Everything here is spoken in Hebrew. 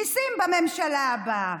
מיסים, בממשלה הבאה.